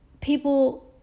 people